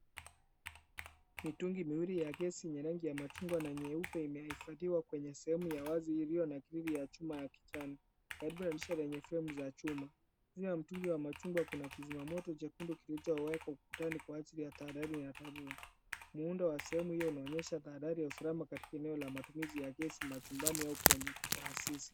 Mitungi miwili ya gesi yenye rangi ya machungwa na nyeupe imehifadhiwa kwenye sehemu ya wazi iliyo grilli ya chuma ya kijani. Karibu na dirisha zenye fremu za chuma. Juu ya mtungi wa machungwa kuna kizima moto chekundu kilichowekwa ukutani kwa ajili ya tahadhari ya dharura. Muundo wa sehemu hiyo unaonyesha tahadhari ya usalama katika eneo la matumizi ya gesi machumbani au kwenye taasisi.